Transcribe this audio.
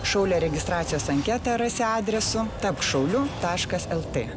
šaulio registracijos anketą rasi adresu tapk šauliu taškas lt